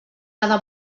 cada